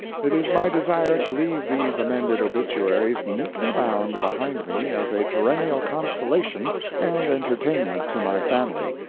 it is my desire to leave these amended obituaries neatly bound behind me as a perennial consolation and entertainment to my family,